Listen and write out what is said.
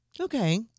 Okay